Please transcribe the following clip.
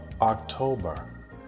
October